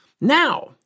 Now